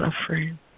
suffering